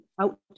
out